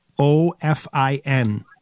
o-f-i-n